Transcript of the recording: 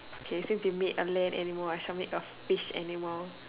okay so if you make a land animal I shall make a fish animal